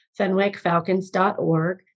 FenwickFalcons.org